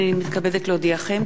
הנני מתכבדת להודיעכם,